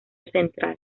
central